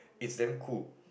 it's damn cool